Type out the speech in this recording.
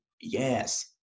Yes